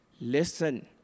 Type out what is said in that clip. Listen